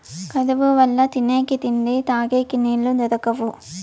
కరువు వల్ల తినేకి తిండి, తగేకి నీళ్ళు దొరకవు